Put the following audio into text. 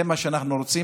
זה מה שאנחנו רוצים.